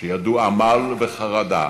שידעו עמל וחרדה,